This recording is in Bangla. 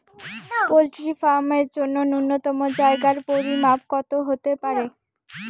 পোল্ট্রি ফার্ম এর জন্য নূন্যতম জায়গার পরিমাপ কত হতে পারে?